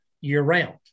year-round